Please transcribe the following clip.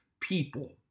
people